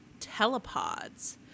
telepods